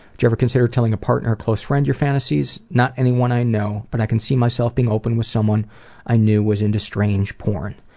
you ever consider telling a partner or close friend your fantasies? not anyone i know, but i can see myself being open with someone i knew was into strange porn.